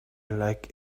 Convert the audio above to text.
like